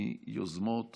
מיוזמות